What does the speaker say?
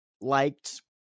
liked